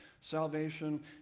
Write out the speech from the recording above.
salvation